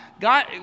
God